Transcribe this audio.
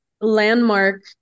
landmark